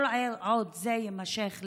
כל עוד שזה יימשך,